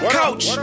coach